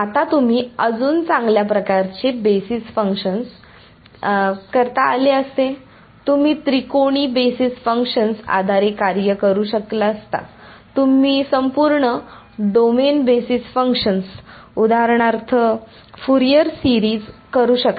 आता तुम्हाला अजून चांगल्या प्रकारचे बेसिस फंक्शन्स करता आले असते तुम्ही त्रिकोणी बेसिस फंक्शन्स आधारे कार्ये करू शकली असता तुम्ही संपूर्ण डोमेन बेसिस फंक्शन्स उदाहरणार्थ फुरियर सिरीज करू शकता